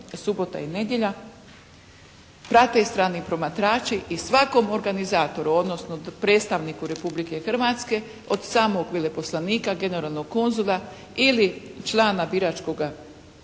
subota i nedjelja, prate strani promatrači i svakom organizatoru, odnosno predstavniku Republike Hrvatske od samog veleposlanika, generalnog konzula ili člana biračkoga